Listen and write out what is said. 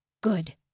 Good